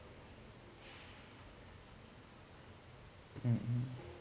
mm